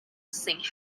saint